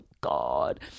God